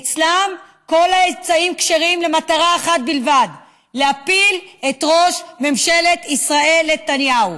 אצלכם כל האמצעים כשרים למטרה אחת: להפיל את ראש ממשלת ישראל נתניהו.